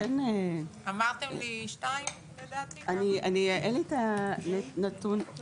גם מבקשת לבטל את התנאי של איש